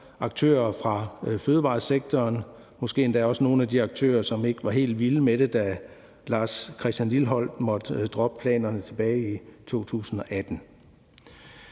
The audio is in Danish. aktører fra fødevaresektoren, måske endda også nogle af de aktører, som ikke var helt vilde med det, da Lars Christian Lilleholt måtte droppe planerne tilbage i 2018.